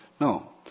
No